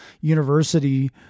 university